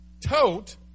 tote